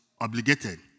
obligated